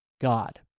God